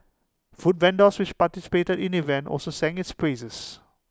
food vendors which participated in the event also sang its praises